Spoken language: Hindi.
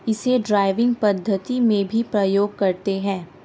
इसे ड्राइविंग पद्धति में भी प्रयोग करते हैं